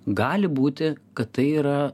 gali būti kad tai yra